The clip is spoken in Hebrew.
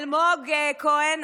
אלמוג כהן?